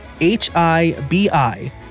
H-I-B-I